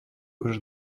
уже